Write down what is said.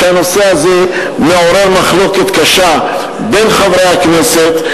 שהנושא הזה מעורר מחלוקת קשה בין חברי הכנסת,